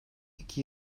iki